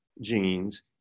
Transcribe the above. genes